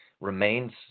remains